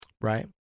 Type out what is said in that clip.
Right